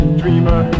dreamer